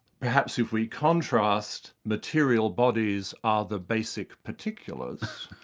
perhaps if we contrast material bodies are the basic particulars,